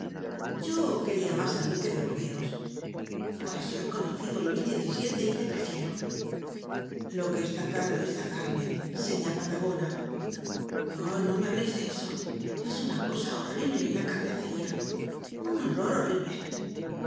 yo queria mas al duque de burdeos pues yo he conocido al luis xvii y le prefiero lo que está caro es la carne seña patagona oh no me hableis de eso es una cosa horrible la carnecería un horror horrible